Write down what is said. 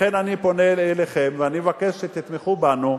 לכן אני פונה אליכם ואני מבקש שתתמכו בנו,